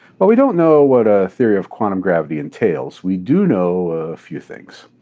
but we don't know what a theory of quantum gravity entails, we do know a few things.